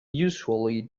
usually